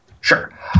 Sure